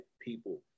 people